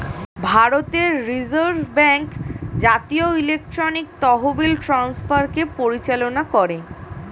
ভারতের reserve bank জাতীয় electronic তহবিল ট্রান্সফারকে পরিচালনা করে